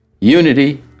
unity